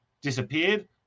disappeared